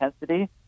intensity